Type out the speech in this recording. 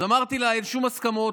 אז אמרתי לה: אין שום הסכמות,